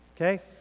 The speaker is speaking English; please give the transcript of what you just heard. Okay